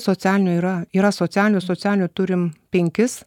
socialinių yra yra socialinių socialinių turim penkis